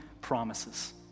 promises